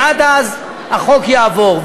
ועד אז החוק יעבור,